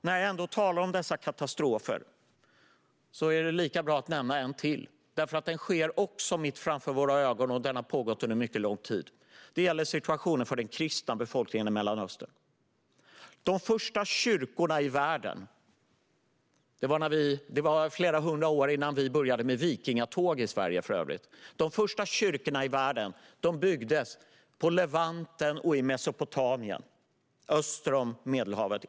När jag ändå talar om dessa katastrofer är det lika bra att nämna en till. Den sker också mitt framför våra ögon, och den har pågått under mycket lång tid. Det gäller situationen för den kristna befolkningen i Mellanöstern. De första kyrkorna i världen - det var för övrigt flera hundra år innan vi i Sverige började med vikingatåg - byggdes i Levanten och i Mesopotamien, öster om Medelhavet.